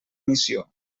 missió